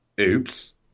oops